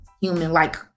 human-like